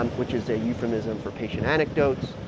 um which is a euphemism for patient anecdotes,